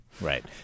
Right